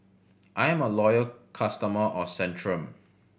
I'm a loyal customer of Centrum